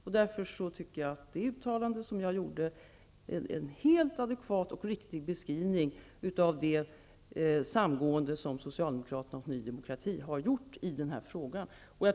Jag anser därför att det uttalande som jag gjorde innehåller en helt adekvat och riktig beskrivning av det samgående som Socialdemokraterna och Ny demokrati har gjort i den här frågan.